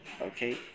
Okay